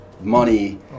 money